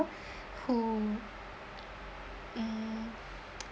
who um